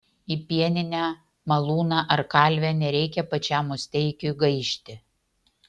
į pieninę malūną ar kalvę nereikia pačiam musteikiui gaišti